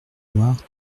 noire